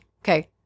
Okay